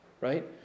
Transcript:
Right